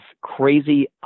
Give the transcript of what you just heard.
crazy